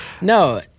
No-